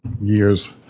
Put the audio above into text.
years